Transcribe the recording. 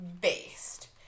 based